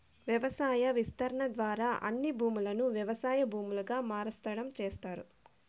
వ్యవసాయ విస్తరణ ద్వారా అన్ని భూములను వ్యవసాయ భూములుగా మార్సటం చేస్తారు